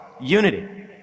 unity